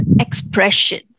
expression